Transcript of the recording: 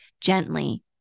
gently